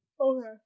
Okay